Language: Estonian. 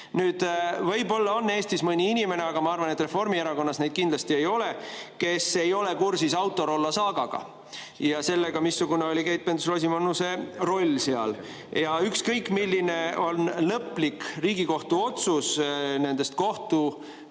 Nüüd, võib-olla on Eestis mõni inimene – aga ma arvan, et Reformierakonnas neid kindlasti ei ole –, kes ei ole kursis Autorollo saagaga ja sellega, missugune oli Keit Pentus-Rosimannuse roll seal. Ja ükskõik, milline on lõplik Riigikohtu otsus, nendest